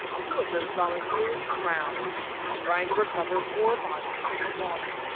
two of those volunteers drowned while trying to recover more bodies from the water